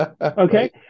Okay